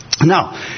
Now